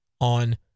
on